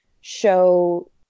show